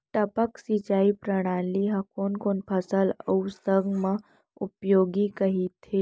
टपक सिंचाई प्रणाली ह कोन कोन फसल अऊ साग म उपयोगी कहिथे?